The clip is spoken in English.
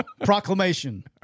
proclamation